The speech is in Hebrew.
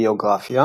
ביוגרפיה